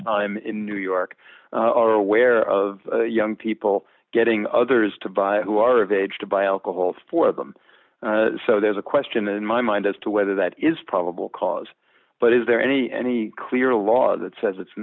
time in new york are aware of young people getting others to buy who are of age to buy alcohol for them so there's a question in my mind as to whether that is probable cause but is there any any clear law that says it's